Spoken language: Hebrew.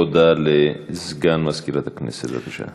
הודעה לסגן מזכירת הכנסת, בבקשה.